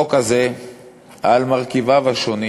החוק הזה על מרכיביו השונים